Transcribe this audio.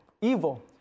evil